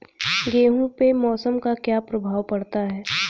गेहूँ पे मौसम का क्या प्रभाव पड़ता है?